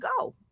go